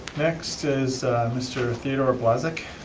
next is mr. theodore blazek.